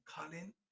Colin